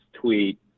tweet